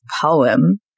poem